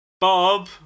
bob